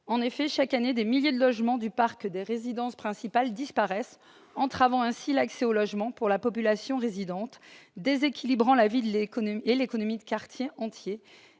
En effet, chaque année, des milliers de logements du parc des résidences principales disparaissent, entravant ainsi l'accès au logement pour la population résidante, déséquilibrant la vie et l'économie de quartiers entiers,